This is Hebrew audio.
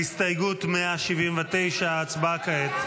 הסתייגות 179. הצבעה כעת.